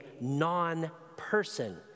non-person